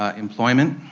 ah employment,